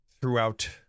throughout